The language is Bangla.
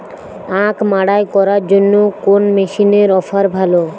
আখ মাড়াই করার জন্য কোন মেশিনের অফার ভালো?